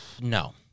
No